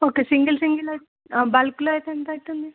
okay single single అయితే బల్క్లో అయితే ఎంత అవుతుంది